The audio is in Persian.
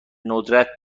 ندرت